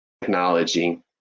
technology